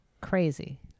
crazy